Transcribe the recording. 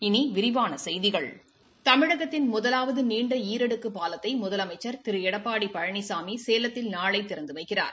இனி விரிவான செய்கிகள் தமிழகத்தின் முதலாவது நீண்ட ஈரடுக்குப் பாலத்தை முதலமைச்சா் திரு எடப்பாடி பழனிசாமி சேலத்தில் நாளை திறந்து வைக்கிறார்